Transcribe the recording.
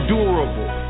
Durable